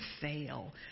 fail